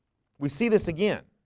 we see this again